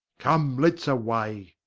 come, let's away.